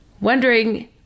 wondering